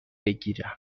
بگیرم